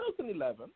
2011